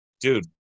dude